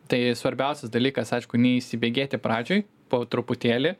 tai svarbiausias dalykas aišku neįsibėgėti pradžioj po truputėlį